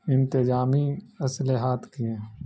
انتظامی اصلحات کیے